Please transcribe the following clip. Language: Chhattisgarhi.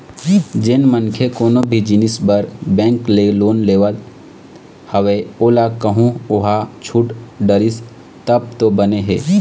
जेन मनखे कोनो भी जिनिस बर बेंक ले लोन लेवत हवय ओला कहूँ ओहा छूट डरिस तब तो बने हे